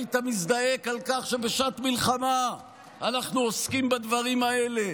היית מזדעק על כך שבשעת מלחמה אנחנו עוסקים בדברים האלה,